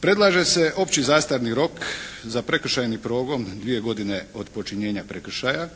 Predlaže se opći zastarni rok za prekršajni progon dvije godine od počinjenja prekršaja